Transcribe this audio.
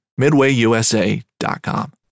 midwayusa.com